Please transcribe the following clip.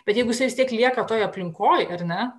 bet jeigu jisai vis tiek lieka toj aplinkoj ar ne